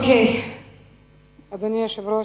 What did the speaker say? אדוני היושב-ראש,